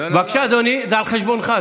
בבקשה, אדוני, זה על חשבונך.